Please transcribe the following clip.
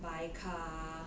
buy car